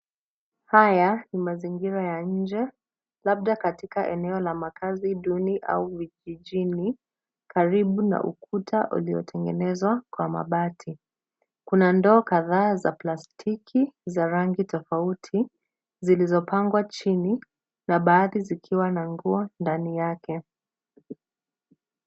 Haya ni mazingira ya nje labda katika eneo la makazi duni au vijijini. Karibu na ukuta uliotengenezwa kwa mabati kuna ndoo kadhaa za plastiki za rangi tofauti zilizopangwa chini na baadhi zikiwa na nguo ndani yake.